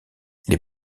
les